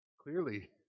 clearly